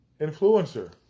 influencer